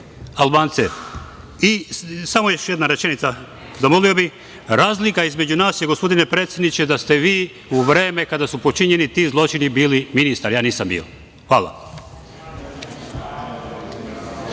Vreme.)Samo još jedna rečenica. Razlika između nas je, gospodine predsedniče, da ste vi u vreme kada su počinjeni ti zločini bili ministar, a ja nisam bio. Hvala.